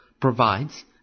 provides